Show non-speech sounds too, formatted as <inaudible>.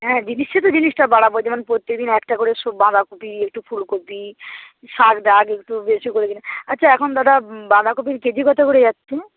হ্যাঁ জিনিসটা তো জিনিসটা বাড়াব যেমন প্রত্যেকদিন একটা করে <unintelligible> বাঁধাকপি একটু ফুলকপি শাক ডাক একটু বেশি করে দিলেন আচ্ছা এখন দাদা <unintelligible> বাঁধাকপির কেজি কত করে যাচ্ছে